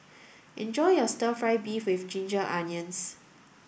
enjoy your stir fry beef with ginger onions